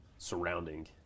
surrounding